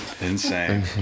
Insane